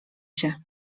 cię